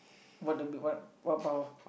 what would it what power